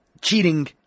cheating